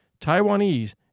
Taiwanese